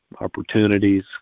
opportunities